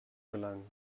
gelangen